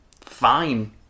fine